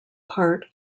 part